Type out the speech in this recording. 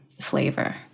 flavor